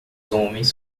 homens